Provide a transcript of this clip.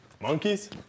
Monkeys